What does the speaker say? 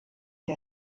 der